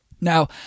Now